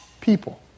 people